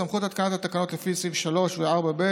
סמכות התקנת התקנות לפי סעיפים 3 ו-4(ב)